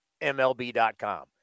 MLB.com